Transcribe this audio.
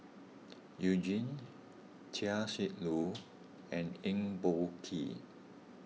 You Jin Chia Shi Lu and Eng Boh Kee